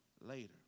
later